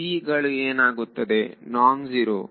b ಗಳು ಏನಾಗುತ್ತದೆ non zero